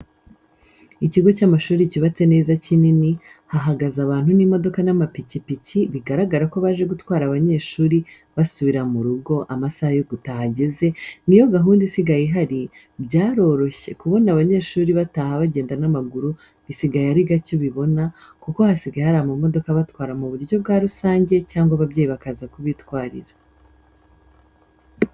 Ikigo cy'amashuri cyubatse neza kinini hahagaze abantu n'imodoka n'amikipiki bigaragara ko baje gutwara abanyeshuri basubira mu rugo amasaha yo gutaha ageze ni yo gahunda isigaye ihari, byaroroshye kubona abanyeshuri bataha bagenda n'amaguru bisigaye ari gake ubibona kuko hasigaye hari amamodoka abatwara mu buryo bwa rusange cyangwa ababyeyi bakaza kubitwarira.